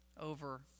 over